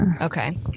Okay